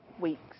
weeks